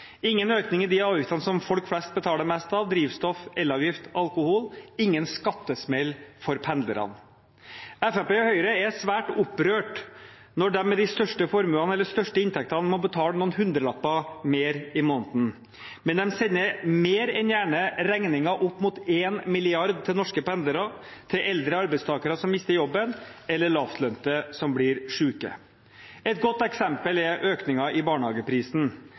ingen økning i de avgiftene som folk flest betaler mest av – drivstoff, elavgift, alkohol ingen skattesmell for pendlerne Fremskrittspartiet og Høyre er svært opprørt når de med de største formuene eller største inntektene må betale noen hundrelapper mer i måneden. Men de sender mer enn gjerne regningen på opp mot 1 mrd. kr til norske pendlere, til eldre arbeidstakere som mister jobben, eller lavtlønte som blir syke. Et godt eksempel er økningen i barnehageprisen.